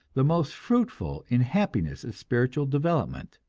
the most fruitful in happiness and spiritual development.